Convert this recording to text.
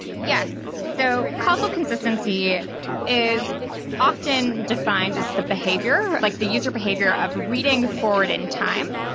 yes. so causal consistency is often defined as the behavior, like the user behavior of reading forward in time.